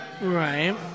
right